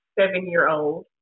seven-year-old